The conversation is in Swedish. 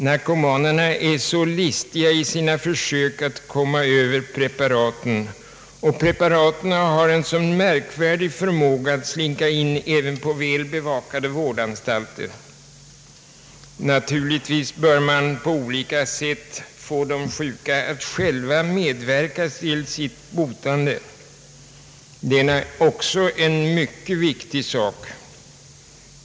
Narkomanerna är så listiga i sina försök att komma över preparaten, och dessa har en sådan märklig förmåga att slinka in även på väl bevakade vårdanstalter. Naturligtvis bör man på olika sätt få de sjuka att själva medverka till sitt botande — det är också en mycket viktig sak.